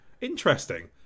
Interesting